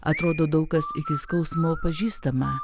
atrodo daug kas iki skausmo pažįstama